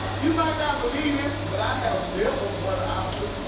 you might not believe this, but i have never won an oscar.